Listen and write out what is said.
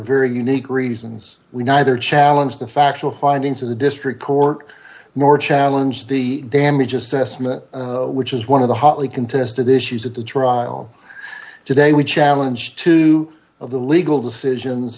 very unique reasons we neither challenge the factual findings of the district court more challenge the damage assessment which is one of the hotly contested issues at the trial today we challenge two of the legal decisions